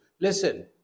listen